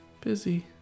busy